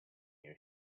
year